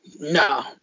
No